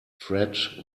tread